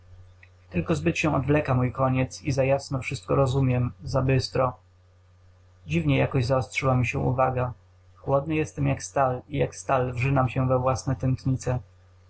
tylko zbyt się odwleka mój koniec i za jasno wszystko rozumiem za bystro dziwnie jakoś zaostrzyła mi się uwaga chłodny jestem jak stal i jak stal wrzynam się we własne tętnice